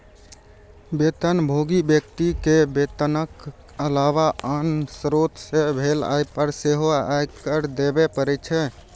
वेतनभोगी व्यक्ति कें वेतनक अलावा आन स्रोत सं भेल आय पर सेहो आयकर देबे पड़ै छै